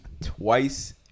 Twice